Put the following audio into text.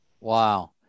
wow